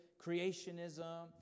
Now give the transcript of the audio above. creationism